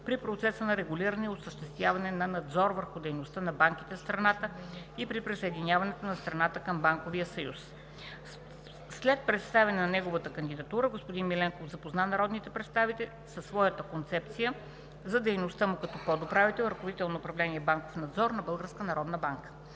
при процеса на регулиране и осъществяване на надзор върху дейността на банките в страната и при присъединяването на страната към Банковия съюз. След представяне на неговата кандидатура господин Миленков запозна народните представители със своята концепция за дейността му като подуправител – ръководител на управление „Банков надзор“ на